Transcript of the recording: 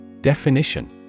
Definition